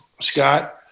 Scott